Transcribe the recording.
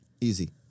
Easy